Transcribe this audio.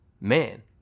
Man